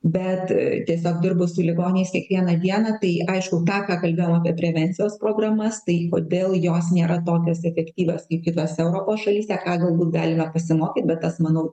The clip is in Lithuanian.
bet tiesiog dirbu su ligoniais kiekvieną dieną tai aišku tą ką kalbėjom apie prevencijos programas tai kodėl jos nėra tokios efektyvios kai kitose europos šalyse ką galbūt galime pasimokyt bet tas manau